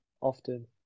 often